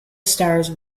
stars